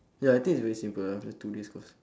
ya I think it's very simple lah a two days course